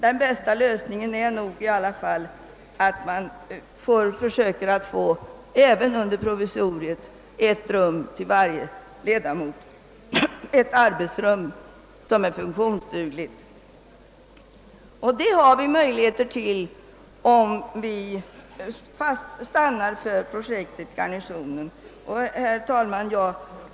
Den bästa lösningen är alltså enligt min uppfattning att även i provisoriet försöka få ett funktionsdugligt arbetsrum till varje ledamot. Det har vi möjligheter till om vi stannar för projektet Garnisonen. Herr talman!